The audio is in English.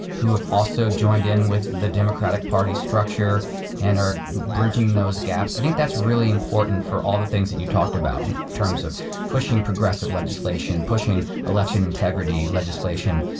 who have also joined in with the democratic party structure and are bridging those gaps. i think that's really important for all the things that you talked about in terms of pushing progressive legislation, pushing election integrity legislation,